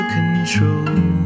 control